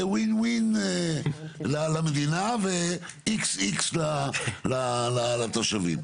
זה win-win למדינה ו-X-X לתושבים.